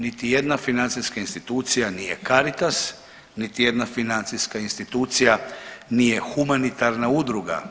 Niti jedna financijska institucija nije Caritas, niti jedna financijska institucija nije humanitarna udruga.